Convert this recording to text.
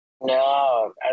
no